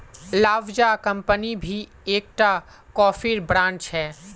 Lavazza company भी एक टा कोफीर ब्रांड छे